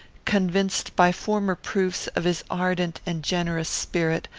convinced by former proofs of his ardent and generous spirit,